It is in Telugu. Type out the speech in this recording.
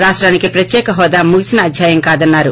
రాష్ట్రానికి ప్రత్యేక హోదా ముగిసిన అధ్యాయం కాదన్నారు